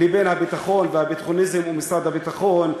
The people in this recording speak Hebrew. לבין הביטחון והביטחוניזם ומשרד הביטחון?